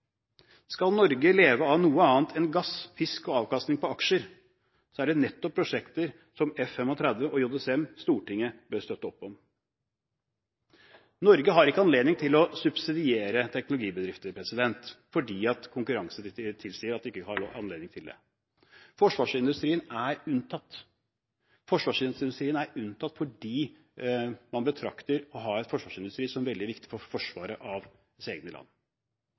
Skal Norge leve av noe annet enn gass, fisk og avkastning på aksjer, er det nettopp prosjekter som F-35 og JSM Stortinget bør støtte opp om. Norge har ikke anledning til å subsidiere teknologibedrifter fordi konkurransedirektivet tilsier at man ikke har anledning til det. Forsvarsindustrien er unntatt. Forsvarsindustrien er unntatt fordi man betrakter det å ha en forsvarsindustri som veldig viktig for forsvaret av eget land.